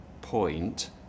point